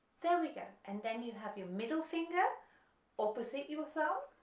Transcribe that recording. there we go, and then you have your middle finger opposite your thumb,